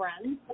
friends